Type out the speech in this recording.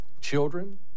children